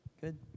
good